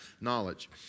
knowledge